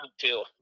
two